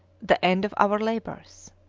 the end of our labours.